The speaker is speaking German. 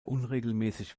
unregelmäßig